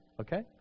okay